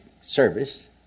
service